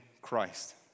Christ